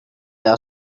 are